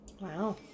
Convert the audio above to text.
Wow